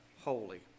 holy